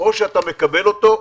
או שאתה מקבל אותו,